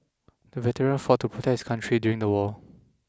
the veteran fought to protect his country during the war